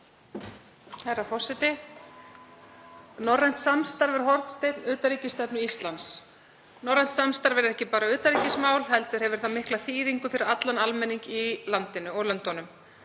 Herra forseti. Norrænt samstarf er hornsteinn utanríkisstefnu Íslands. Norrænt samstarf er ekki bara utanríkismál heldur hefur það mikla þýðingu fyrir allan almenning í landinu og löndunum.